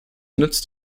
nützt